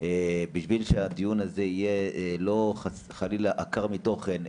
כדי שהדיון הזה יהיה לא חלילה עקר מתוכן,